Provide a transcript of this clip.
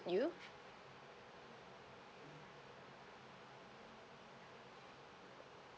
you